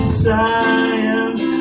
science